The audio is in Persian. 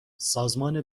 سازمان